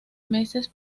meses